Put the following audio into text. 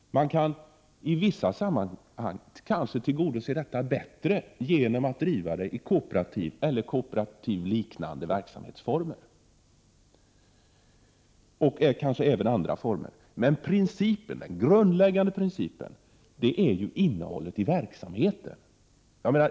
Man kan i vissa sammanhang kanske tillgodose detta bättre genom att driva den i kooperativa eller kooperativliknande verksamhetsformer — och kanske även andra former. Men den grundläggande principen är ju innehållet i verksamheten.